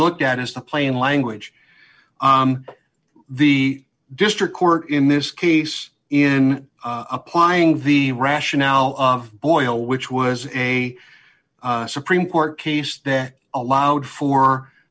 looked at is the plain language the district court in this case in applying the rationale of boyle which was a supreme court case that allowed for